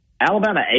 Alabama